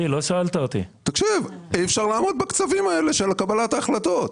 אי אפשר לעמוד בקצבים האלה של קבלת ההחלטות.